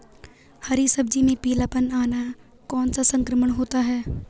हरी सब्जी में पीलापन आना कौन सा संक्रमण होता है?